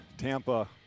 Tampa